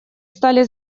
стали